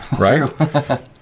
Right